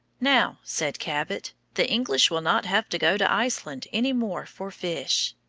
now, said cabot, the english will not have to go to iceland any more for fish.